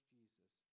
Jesus